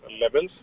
levels